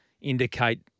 indicate